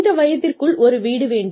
இந்த வயதிற்குள் ஒரு வீடு வேண்டும்